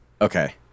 Okay